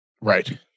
right